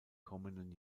kommenden